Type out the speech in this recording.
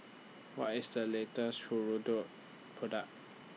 What IS The latest Hirudoid Product